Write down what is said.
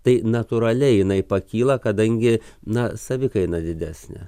tai natūraliai jinai pakyla kadangi na savikaina didesnė